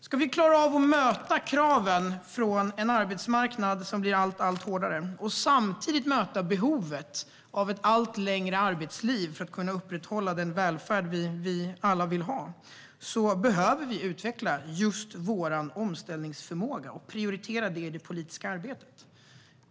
Ska vi klara av att möta kraven från en arbetsmarknad som blir allt hårdare och samtidigt möta behovet av ett allt längre arbetsliv för att kunna upprätthålla den välfärd som vi alla vill ha behöver vi utveckla just vår omställningsförmåga och prioritera det i det politiska arbetet.